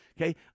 Okay